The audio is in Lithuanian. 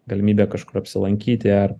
galimybė kažkur apsilankyti ar